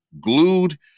glued